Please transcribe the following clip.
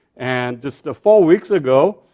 and just four weeks ago,